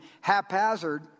haphazard